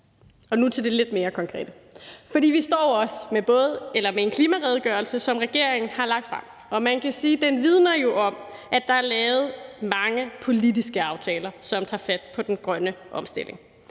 os. Nu til det lidt mere konkrete: For vi står også med en klimaredegørelse, som regeringen har lagt frem, og man kan sige, at den jo vidner om, at der er lavet mange politiske aftaler, som tager fat på den grønne omstilling.